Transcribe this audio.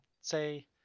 say